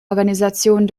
organisationen